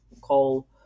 call